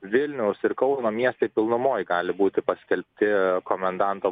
vilniaus ir kauno miestai pilnumoj gali būti paskelbti komendanto